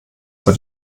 vor